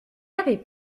avait